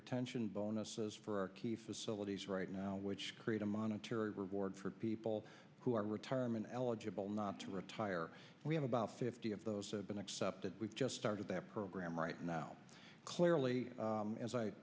pretention bonuses for our key facilities right now which create a monetary reward for people who are retirement eligible not to retire we have about fifty of those have been accepted we've just started the program right now clearly as i